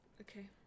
Okay